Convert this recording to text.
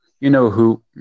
you-know-who